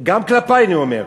גם כלפי אני אומר.